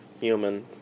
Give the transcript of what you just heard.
human